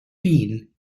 been